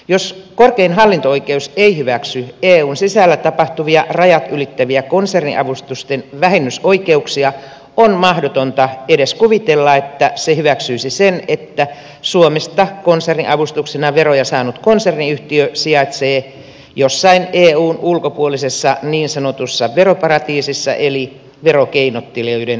jos korkein hallinto oikeus ei hyväksy eun sisällä tapahtuvia rajat ylittäviä konserniavustusten vähennysoikeuksia on mahdotonta edes kuvitella että se hyväksyisi sen että suomesta konserniavustuksena veroja saanut konserniyhtiö sijaitsee jossain eun ulkopuolisessa niin sanotussa veroparatiisisissa eli verokeinottelijoiden suosimassa maassa